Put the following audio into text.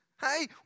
Hey